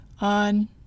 on